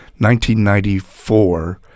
1994